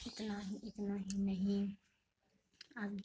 इतना ही इतना ही नहीं अब